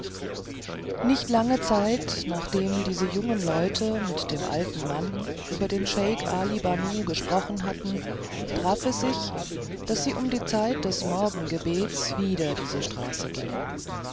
nicht lange zeit nachdem diese jungen leute mit dem alten mann über den scheik ali banu gesprochen hatten traf es sich daß sie um die zeit des morgengebets wieder diese straße gingen